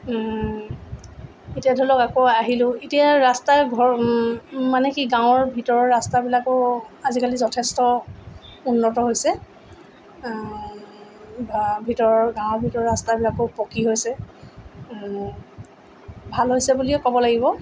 এতিয়া ধৰি লওক আকৌ আহিলোঁ এতিয়া ৰাস্তাৰ ঘৰ মানে কি গাঁৱৰ ভিতৰৰ ৰাস্তাবিলাকো আজিকালি যথেষ্ট উন্নত হৈছে ধৰা ভিতৰৰ গাঁৱৰ ভিতৰৰ ৰাস্তাবিলাকো পকী হৈছে ভাল হৈছে বুলিয়ে ক'ব লাগিব